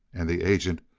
and the agent,